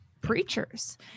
preachers